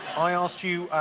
i asked you,